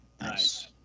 Nice